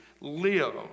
live